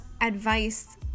advice